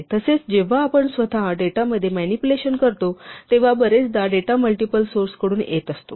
तसेच जेव्हा आपण स्वतः डेटामध्ये म्यानिप्युलेशन करतो तेव्हा बरेचदा डेटा मल्टिपल सोर्स कडून येत असतो